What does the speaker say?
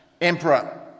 emperor